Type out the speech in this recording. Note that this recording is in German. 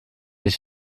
ich